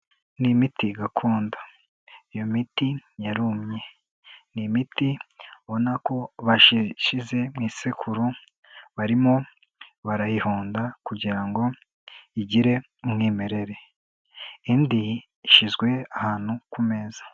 Ni imiti gakondo, iyo miti yarumye, ni imiti ubona ko bashyize mu isekuru, barimo barayihonda kugira ngo igire umwimerere. Indi ishyizwe ahantu ku meza.